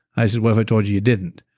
i said, what if i told you you didn't?